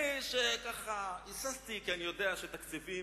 קצת היססתי, כי אני יודע שהתקציבים,